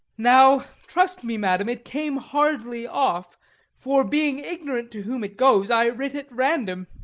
now trust me, madam, it came hardly off for, being ignorant to whom it goes, i writ at random,